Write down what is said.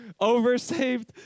Oversaved